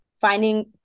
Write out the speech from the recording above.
finding